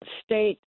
state